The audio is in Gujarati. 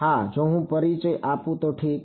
હા જો હું પરિચય આપું તો ઠીક